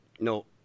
No